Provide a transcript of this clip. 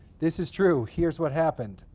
this is true, here's what happened.